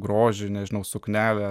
grožį nežinau suknelę